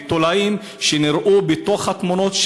ותולעים שנראו בתמונות,